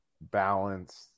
balanced